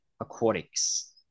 Aquatics